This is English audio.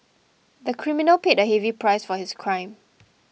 the criminal paid a heavy price for his crime